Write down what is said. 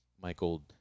Michael